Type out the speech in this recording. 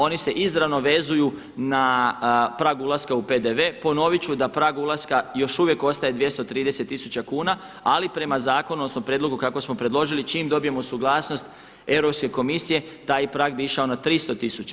Oni se izravno vezuju na prag ulaska u PDV, ponovit ću da prag ulaska još uvijek ostaje 230 tisuća kuna, ali prema zakonu odnosno prijedlogu kako smo predložili, čim dobijemo suglasnost Europske komisije taj prag bi išao na 300 tisuća.